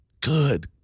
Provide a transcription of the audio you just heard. good